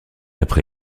après